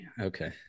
okay